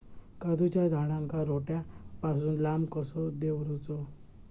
काजूच्या झाडांका रोट्या पासून लांब कसो दवरूचो?